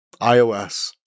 ios